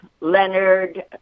Leonard